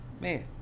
man